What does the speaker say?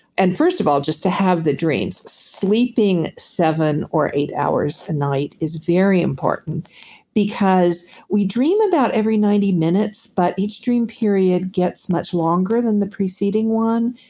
and first of all, just to have the dreams. sleeping seven or eight hours a night is very important because we dream about every ninety minutes, but each dream period gets much longer than the preceding one,